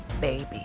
baby